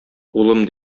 улым